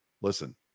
Listen